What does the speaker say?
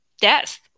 death